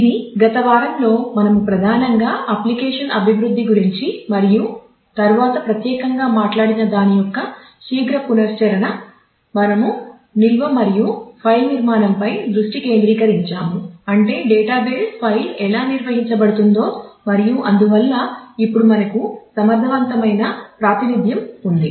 ఇది గత వారంలో మనము ప్రధానంగా అప్లికేషన్ అభివృద్ధి గురించి మరియు తరువాత ప్రత్యేకంగా మాట్లాడిన దాని యొక్క శీఘ్ర పునశ్చరణ మనము నిల్వ మరియు ఫైల్ నిర్మాణంపై దృష్టి కేంద్రీకరించాము అంటే డేటాబేస్ ఫైల్ ఎలా నిర్వహించబడుతుందో మరియు అందువల్ల ఇప్పుడు మనకు సమర్థవంతమైన ప్రాతినిధ్యం ఉంది